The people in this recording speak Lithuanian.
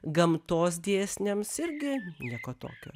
gamtos dėsniams irgi nieko tokio